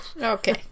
Okay